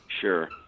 Sure